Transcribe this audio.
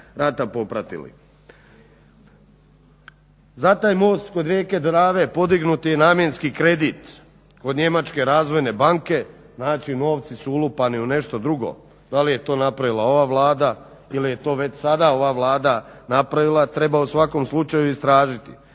Za taj most kod rijeke Drave podignut je i namjenski kredit od Njemačke razvojne banke, znači novci su ulupani u nešto drugo. Da li je to napravila ova Vlada ili je to već sada ova Vlada napravila treba u svakom slučaju istražiti.